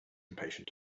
impatient